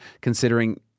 considering